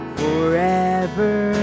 forever